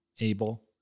able